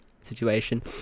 situation